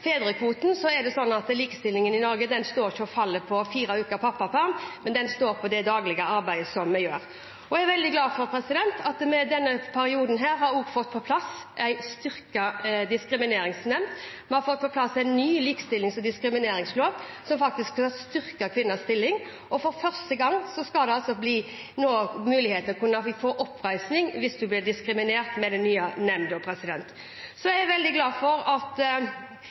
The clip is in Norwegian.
daglige arbeidet vi gjør. Jeg er veldig glad for at vi i denne perioden også har fått på plass en styrket diskrimineringsnemnd. Vi har fått på plass en ny likestillings- og diskrimineringslov, som faktisk skal styrke kvinners stilling. For første gang skal det nå, med den nye nemnda, bli mulighet til å få oppreisning hvis man blir diskriminert. Jeg er veldig glad for at #metoo-kampanjen nå virkelig har satt seksuell trakassering på dagsordenen. Seksuell trakassering er uakseptabelt. Alle arbeidsgivere har en plikt til å arbeide aktivt for